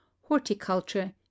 horticulture